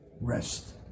rest